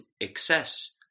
excess